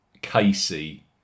Casey